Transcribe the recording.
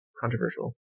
controversial